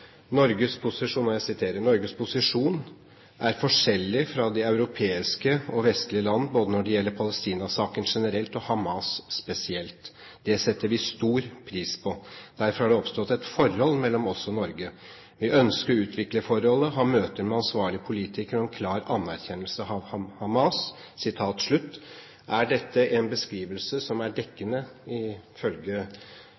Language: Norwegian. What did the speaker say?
Norges posisjon er forskjellig fra de europeiske og vestlige land både når det gjelder Palestina-saken generelt og Hamas spesielt. Det setter vi stor pris på. Derfor har det oppstått et forhold mellom oss og Norge. Vi ønsker å utvikle forholdet, ha møte med ansvarlige politikere om klar anerkjennelse av Hamas. Er dette en beskrivelse – som er